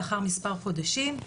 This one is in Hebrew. לאחר מספר חודשים,